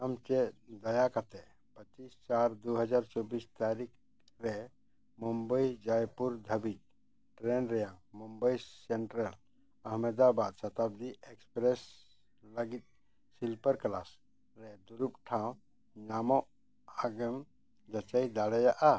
ᱟᱢ ᱪᱮᱫ ᱫᱟᱭᱟ ᱠᱟᱛᱮᱫ ᱯᱚᱸᱪᱤᱥ ᱪᱟᱨ ᱫᱩᱦᱟᱡᱟᱨ ᱪᱚᱵᱽᱵᱤᱥ ᱛᱟᱹᱨᱤᱠ ᱨᱮ ᱢᱩᱢᱵᱟᱹᱭ ᱡᱚᱭᱯᱩᱨ ᱫᱷᱟᱹᱵᱤᱡ ᱴᱨᱮᱹᱱ ᱨᱮᱭᱟᱜ ᱢᱩᱵᱟᱭ ᱥᱮᱱᱴᱨᱟᱞ ᱟᱢᱮᱫᱟᱵᱟᱫᱽ ᱥᱚᱛᱟᱵᱽᱫᱤ ᱮᱹᱠᱯᱨᱮᱹᱥ ᱞᱟᱹᱜᱤᱫ ᱥᱤᱞᱯᱟᱨ ᱠᱮᱞᱟᱥ ᱨᱮ ᱫᱩᱲᱩᱵ ᱴᱷᱟᱶ ᱧᱟᱢᱚᱜ ᱟᱜ ᱮᱢ ᱡᱟᱹᱪᱟᱹᱭ ᱫᱟᱲᱮᱭᱟᱜᱼᱟ